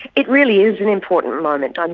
it really is an important moment. um